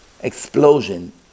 explosion